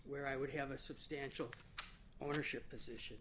where i would have a substantial ownership position